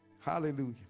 Hallelujah